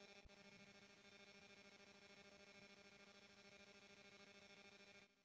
पश्मीना बहुते बढ़िया किसम क ऊन होला